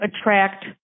attract